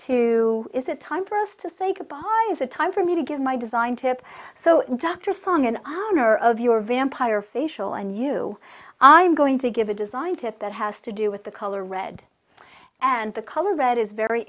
to is it time for us to sake a bargain is it time for me to give my design tip so dr song an honor of your vampire facial and you i'm going to give a design tip that has to do with the color red and the color red is very